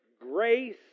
grace